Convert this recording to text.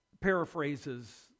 paraphrases